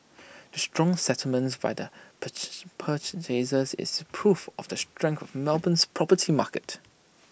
the strong settlements by the is proof of the strength of Melbourne's property market